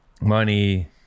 money